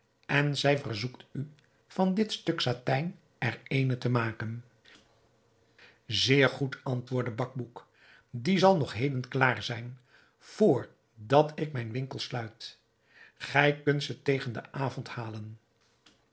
en zij verzoekt u van dit stuk satijn er eene te maken zeer goed antwoordde bacbouc die zal nog heden klaar zijn vr dat ik mijn winkel sluit gij kunt ze tegen den avond halen